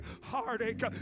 heartache